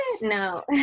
No